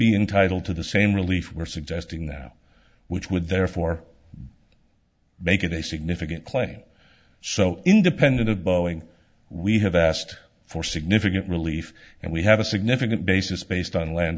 be entitle to the same relief we're suggesting there now which would therefore make it a significant claim so independent of boeing we have asked for significant relief and we have a significant basis based on land